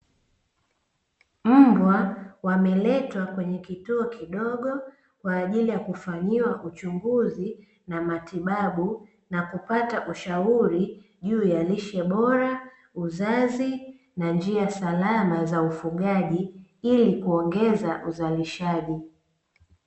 Mbwa wameletwa kwenye kituo kidogo kwaajili ya kufanyiwa uchunguzi na matibabu na kupata ushauri, juu ya lishe bora uzazi na njia salama za ufugaji ili kuongeza uzalishaji.